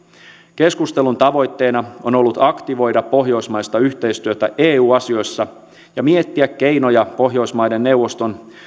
keskustelun tavoitteena on ollut aktivoida pohjoismaista yhteistyötä eu asioissa ja miettiä keinoja pohjoismaiden neuvoston